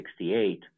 1968